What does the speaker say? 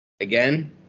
Again